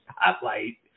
spotlight